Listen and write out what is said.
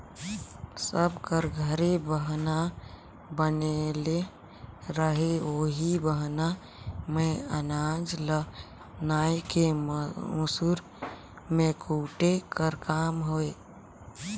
सब कर घरे बहना बनले रहें ओही बहना मे अनाज ल नाए के मूसर मे कूटे कर काम होए